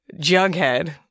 Jughead